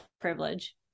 privilege